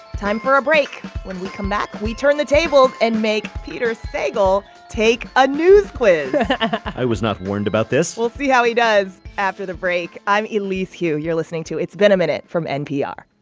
time for a break. when we come back, we turn the tables and make peter sagal take a news quiz i was not warned about this we'll see how he does after the break. i'm elise hu. you're listening to it's been a minute from npr